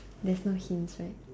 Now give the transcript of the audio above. there's no hints right